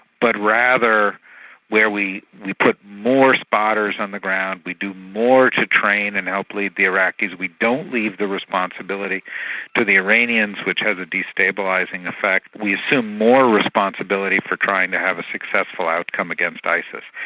but rather where we we put more spotters on the ground, we do more to train and help lead the iraqis, we don't leave the responsibility to the iranians which has a destabilising destabilising effect. we assume more responsibility for trying to have a successful outcome against isis.